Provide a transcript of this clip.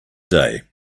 day